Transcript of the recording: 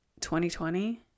2020